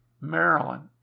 Maryland